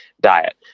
diet